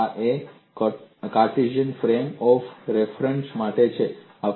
આ Cartesian frame of reference માટે છે